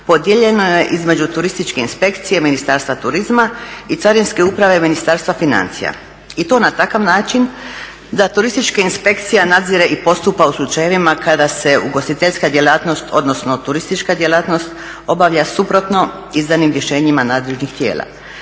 podijeljeno je između turističke inspekcije i Ministarstva turizma i Carinske uprave Ministarstva financija i to na takav način da turistička inspekcija nadzire i postupa u slučajevima kada se ugostiteljska djelatnost odnosno turistička djelatnost obavlja suprotno izdanim rješenjima nadležnih tijela,